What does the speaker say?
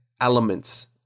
elements